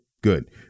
good